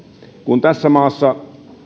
kun kuitenkin tässä maassa